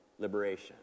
liberation